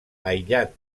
aïllat